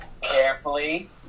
Carefully